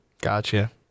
Gotcha